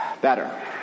better